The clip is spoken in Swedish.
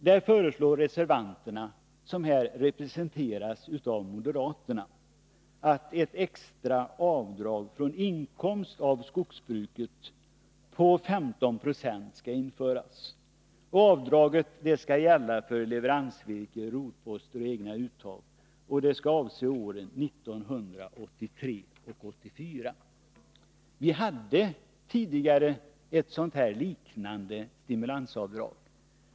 Där föreslår reservanterna, moderaterna, att ett extra avdrag från inkomster av skogsbruket på 15 96 skall införas. Avdraget skall gälla för leveransvirke, rotposter och egna uttag och avse perioden den 1 juli 1983-den 30 juni 1985. Vi har tidigare haft ett sådant här stimulansavdrag.